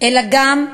אלא גם,